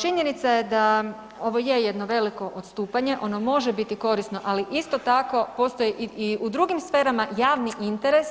Činjenica je da ovo je jedno veliko odstupanje, ono može biti korisno, ali isto tako postoji i u drugim sferama javni interes